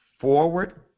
forward